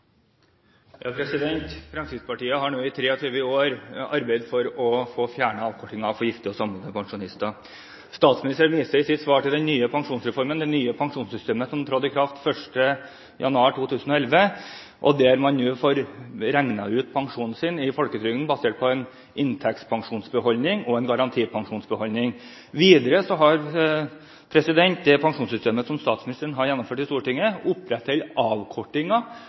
Fremskrittspartiet har i 23 år arbeidet for å få fjernet avkortingen for gifte og samboende pensjonister. Statsministeren viste i sitt svar til den nye pensjonsreformen, det nye pensjonssystemet, som trådte i kraft 1. januar 2011, der man nå får regnet ut pensjonen sin i folketrygden basert på en inntektspensjonsbeholdning og en garantipensjonsbeholdning. Videre har man i pensjonssystemet som statsministeren har fått gjennom i Stortinget,